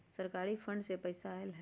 सरकारी फंड से पईसा आयल ह?